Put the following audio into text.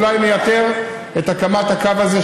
אולי נייתר את הקמת הקו הזה,